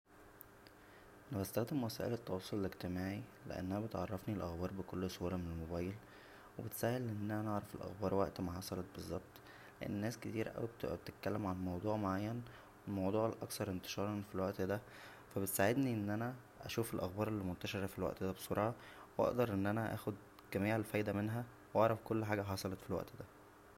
بستخدم وسائل التواصل الاجتماعى لانها بتعلرفنى الاخبار بكل سهوله من الموبايل و بتسهل ان انا اعرف الاخبار وقت ما حصلت بظبط لان ناس كتير اوى بتبقى بتتكلم عن موضوع معين الموضوع الاكثر انتشارا فالوقت دا فا بتساعدنى ان انا اشوف الاخبار المنتشره فالوقت دا بسرعه واقدر ان انا اخد جميع الفايده منها واعرف كل حاجه حصلت فالوقت دا